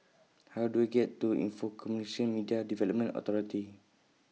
How Do I get to Info Communications Media Development Authority